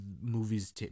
movies